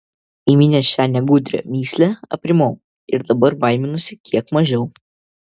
įminęs šią negudrią mįslę aprimau ir dabar baiminuosi kiek mažiau